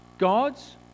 God's